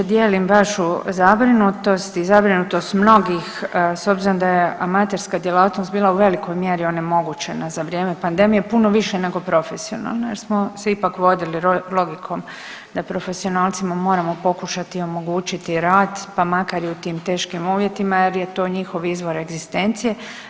Dijelim vašu zabrinutost i zabrinutost mnogih s obzirom da je amaterska djelatnost bila u velikoj mjeri onemogućena za vrijeme pandemije puno više nego profesionalna jer smo se ipak vodili logikom da profesionalcima moramo pokušati omogućiti rad, pa makar i u tim teškim uvjetima jer je to njihov izvor egzistencije.